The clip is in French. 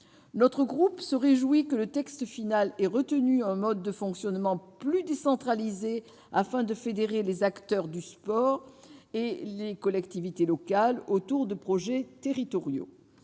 Mon groupe se réjouit que le texte final ait retenu un mode de fonctionnement plus décentralisé, afin de fédérer les acteurs du sport et les collectivités locales autour de projets territoriaux.